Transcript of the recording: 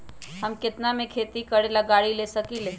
हम केतना में खेती करेला गाड़ी ले सकींले?